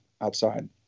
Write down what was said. outside